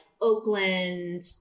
Oakland